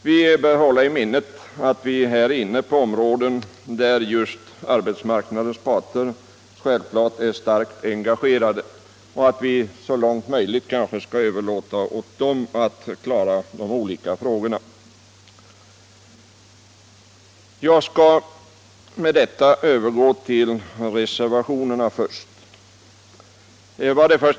Vi bör hålla i minnet att vi här är inne på ett område där just arbetsmarknadens parter självklart är starkt engagerade. Därför bör vi kanske så långt möjligt överlåta åt dem att lösa dessa olika frågor. Jag skall efter detta övergå till reservationerna.